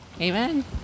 Amen